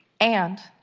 and,